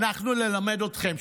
אנחנו נלמד אתכם.